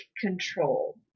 control